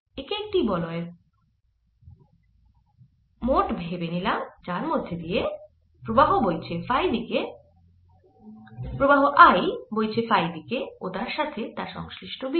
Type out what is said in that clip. একে একটি বলয়ের মোট ভেবে নিলাম যার মধ্যে দিয়ে I প্রবাহ বইছে ফাই দিকে ও তার সাথে তার সংশ্লিষ্ট B